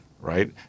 right